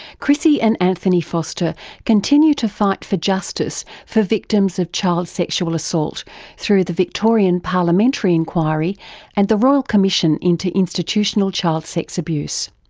chrissie and anthony foster continue to fight for justice for victims of child sexual assault through the victorian parliamentary inquiry and the royal commission into institutional child sex abuse.